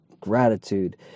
gratitude